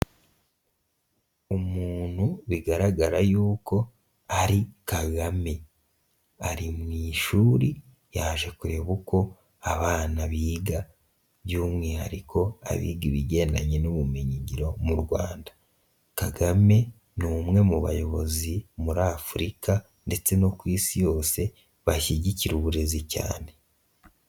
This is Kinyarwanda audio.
Umuntu bigaragara yuko ari Kagame. Ari mu ishuri yaje kureba uko abana biga by'umwihariko abiga ibigendanye n'ubumenyingiro mu Rwanda. Kagame ni umwe mu bayobozi muri Afurika ndetse no ku isi yose bashyigikira uburezi cyane.